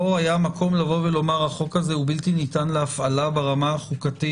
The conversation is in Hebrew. לא היה מקום לבוא ולומר: החוק הזה הוא בלתי ניתן להפעלה ברמה החוקתית,